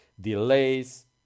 delays